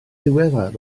ddiweddar